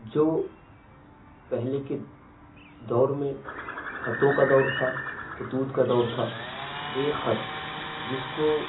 جو پہلے کے دور میں خطوں کا دور تھا خطوط کا دور تھا ایک خط جس کو